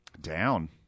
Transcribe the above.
Down